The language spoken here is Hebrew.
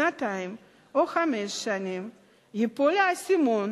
שנתיים או חמש שנים ייפול האסימון